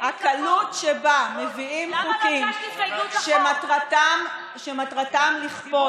אבל הקלות שבה מביאים חוקים שמטרתם לכפות